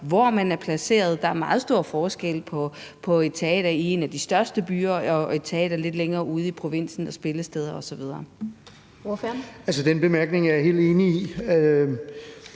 hvor man er placeret. Der er meget stor forskel på et teater i en af de største byer og et teater lidt længere ude i provinsen, også i forhold til spillesteder osv.